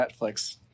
Netflix